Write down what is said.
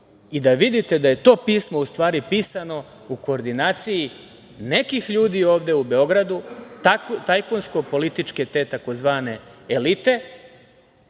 i da vidite da je to pismo u stvari pisano u koordinaciji nekih ljudi ovde u Beogradu, tajkunsko-političke te tzv. elite